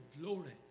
glory